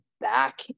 back